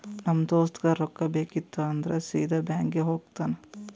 ನಮ್ ದೋಸ್ತಗ್ ರೊಕ್ಕಾ ಬೇಕಿತ್ತು ಅಂದುರ್ ಸೀದಾ ಬ್ಯಾಂಕ್ಗೆ ಹೋಗ್ತಾನ